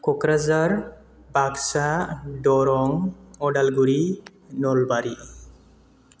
Kokrajhar Baksa Darrang Udalguri Nalbari